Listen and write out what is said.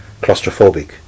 claustrophobic